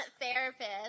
therapist